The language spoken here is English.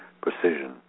precision